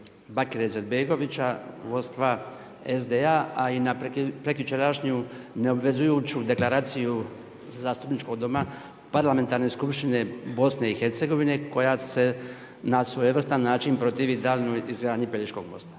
Bakre Izetbegovića vodstva SDA, a i na prekjučerašnju neobvezujuću deklaraciju zastupničkog doma Parlamentarne skupštine BiH koja se na svojevrstan način protivi daljnjoj izgradnji Pelješkog mosta.